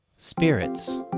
Spirits